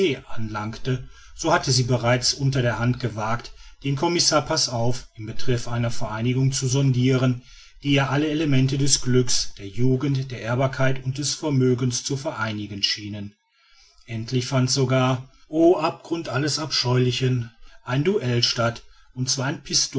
anlangt so hatte sie bereits unter der hand gewagt den commissar passauf in betreff einer vereinigung zu sondiren die ihr alle elemente des glücks der jugend der ehrbarkeit und des vermögens zu vereinigen schien endlich fand sogar o abgrund alles abscheulichen ein duell statt und zwar ein